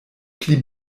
pli